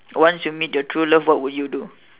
once you meet your true love what would you do